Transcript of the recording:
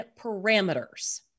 parameters